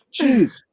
Jeez